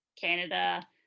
Canada